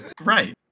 Right